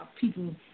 people